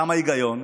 למה היגיון?